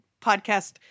podcast